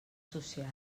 social